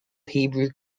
hebrew